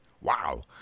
wow